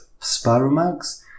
Sparomax